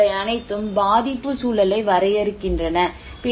எனவே இவை அனைத்தும் பாதிப்பு சூழலை வரையறுக்கின்றன